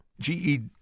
GE